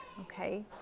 okay